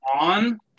on